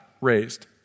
raised